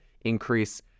increase